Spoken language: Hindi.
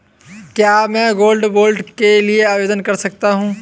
क्या मैं गोल्ड बॉन्ड के लिए आवेदन कर सकता हूं?